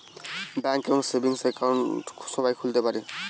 bank এ savings bank account সবাই খুলতে পারে